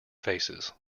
faces